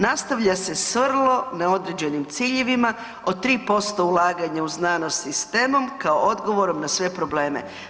Nastavlja se s vrlo neodređenim ciljevima od 3% ulaganja u znanost i s temom kao odgovorom na sve probleme.